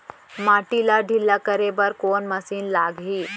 माटी ला ढिल्ला करे बर कोन मशीन लागही?